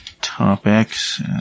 topics